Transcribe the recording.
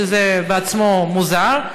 שזה עצמו מוזר,